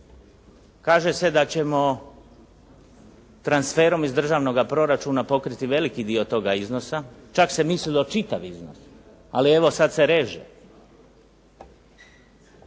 Kaže se da ćemo transferom iz državnoga proračuna pokriti veliki dio toga iznosa, čak se mislilo čitav iznos, ali evo sad se reže.